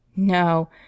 No